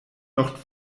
noch